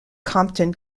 compton